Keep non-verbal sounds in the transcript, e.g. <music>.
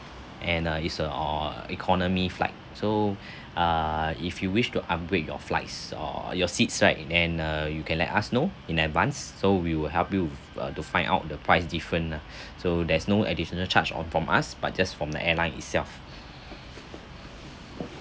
and uh is a or economy flights so <breath> ah if you wish to upgrade your flights or your seats right and uh you can let us know in advance so we will help you to find out the price difference lah <breath> so there's no additional charge on from us but just from the airline itself